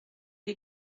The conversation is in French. les